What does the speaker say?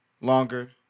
longer